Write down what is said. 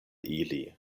ili